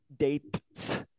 dates